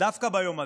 דווקא ביום הזה,